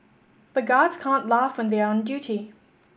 the guards can't laugh when they are on duty